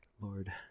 Lord